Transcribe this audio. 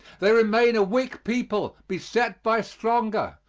they remain a weak people, beset by stronger,